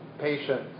patient